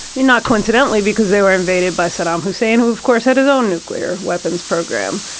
you're not coincidentally because they were invaded by saddam hussein, who, of course, had his own nuclear weapons program.